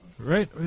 Right